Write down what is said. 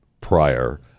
prior